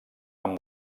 amb